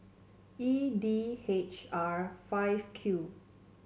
E D H R five Q